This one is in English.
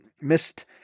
missed